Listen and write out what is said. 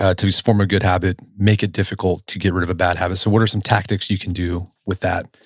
ah to form a good habit, make it difficult to get rid of a bad habit. so what are some tactics you can do with that?